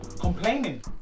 complaining